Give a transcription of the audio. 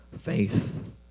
faith